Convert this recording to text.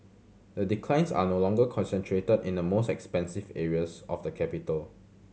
the declines are no longer concentrated in the most expensive areas of the capital